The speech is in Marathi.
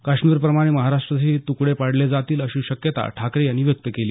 काश्मीरप्रमाणे महाराष्ट्राचेही तुकडे पाडले जातील अशी शक्यता ठाकरे यांनी व्यक्त केली